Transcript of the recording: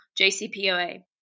JCPOA